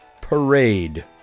parade